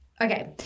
Okay